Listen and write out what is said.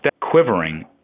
quivering